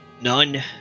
None